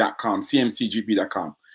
cmcgp.com